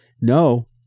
No